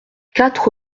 quatre